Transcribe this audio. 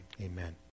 amen